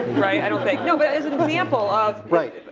right, i don't think, you know but as an example of. right,